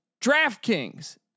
DraftKings